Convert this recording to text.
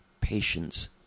patience